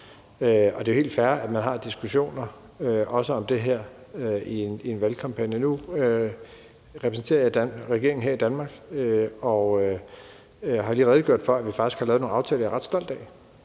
Det er jo helt fair, at man har diskussioner, også om det her, i en valgkampagne. Nu repræsenterer jeg regeringen her i Danmark, og jeg har lige redegjort for, at vi faktisk har lavet nogle aftaler, jeg er ret stolt af,